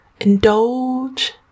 indulge